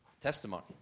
testimony